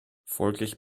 folglich